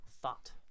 thought